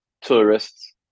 tourists